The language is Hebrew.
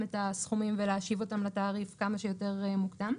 את הסכומים ולהשיב אותם לתעריף כמה שיותר מוקדם.